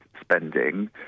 spending